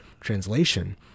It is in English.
translation